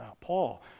Paul